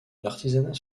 l’artisanat